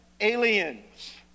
aliens